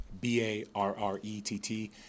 B-A-R-R-E-T-T